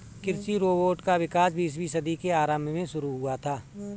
कृषि रोबोट का विकास बीसवीं सदी के आरंभ में शुरू हुआ था